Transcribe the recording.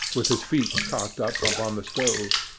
with his feet cocked up upon the stove.